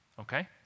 Okay